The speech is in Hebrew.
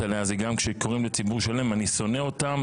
עליה זה גם כשאומרים לציבור שלם: אני שונא אותם,